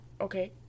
Okay